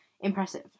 impressive